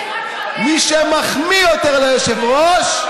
מי שמחמיא יותר ליושב-ראש,